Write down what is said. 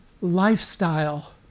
lifestyle